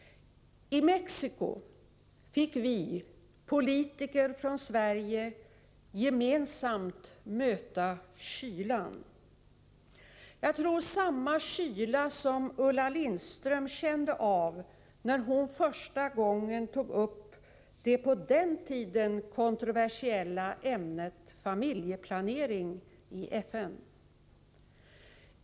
I Mexico fick vi politiker från Sverige gemensamt möta kylan, samma kyla som Ulla Lindström kände av när hon för första gången tog upp det på den tiden kontroversiella ämnet familjeplanering i FN.